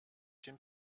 den